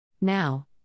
Now